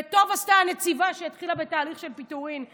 וטוב עשתה הנציבה שהתחילה בתהליך של פיטורין.